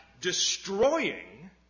destroying